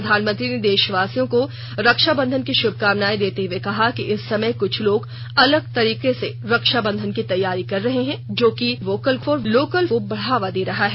प्रधानमंत्री ने देशवासियों को रक्षाबंधन की शुभकामनाएं देते हुए कहा कि इस समय कुछ लोग अलग तरीके से रक्षाबंधन की तैयारी कर रहे हैं जो कि वोकल फॉर लोकल को बढ़ावा दे रहा है